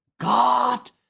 God